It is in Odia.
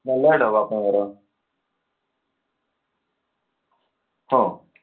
ନା ଲେଟ୍ ହେବ ଆପଣଙ୍କର ହଁ